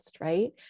right